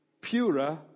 purer